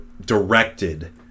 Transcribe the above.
directed